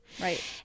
right